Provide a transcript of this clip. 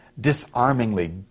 disarmingly